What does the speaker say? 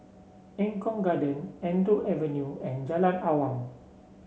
Eng Kong Garden Andrew Avenue and Jalan Awang